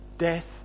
death